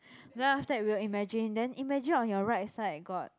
then after that we'll imagine then imagine on your right side got